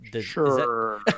Sure